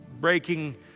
breaking